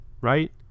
right